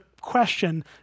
question